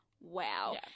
wow